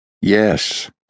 Yes